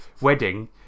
wedding